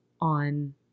on